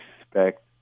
expect